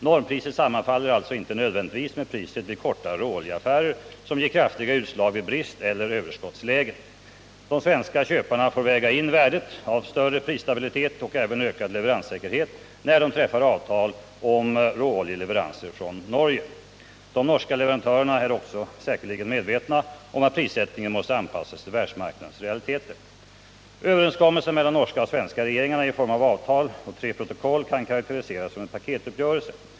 Normpriset sammanfaller alltså inte nödvändigtvis med priset vid korta råoljeaffärer, som ger kraftiga utslag vid bristeller överskottslägen. De svenska köparna får väga in värdet av större prisstabilitet och även ökad leveranssäkerhet när de träffar avtal om råoljeleveranser från Norge. De norska leverantörerna är också säkerligen medvetna om att prissättningen måste anpassas till marknadens realiteter. Överenskommelsen mellan norska och svenska regeringarna i form av avtal och tre protokoll kan karaktäriseras som en paketuppgörelse.